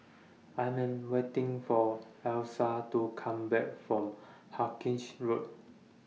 I'm waiting For Alysa to Come Back from Hawkinge Road